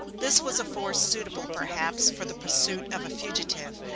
this was a force suitable, perhaps, for the pursuit of a fugitive,